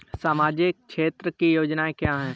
सामाजिक क्षेत्र की योजनाएँ क्या हैं?